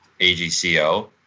AGCO